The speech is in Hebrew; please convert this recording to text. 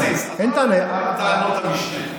הבסיס, עזוב את כל טענות המשנה.